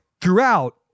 throughout